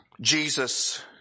Jesus